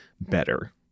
better